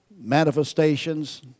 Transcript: manifestations